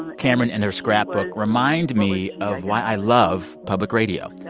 cameron and her scrapbook remind me of why i love public radio. yeah